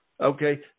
okay